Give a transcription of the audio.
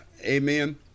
Amen